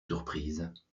surprise